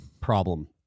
problem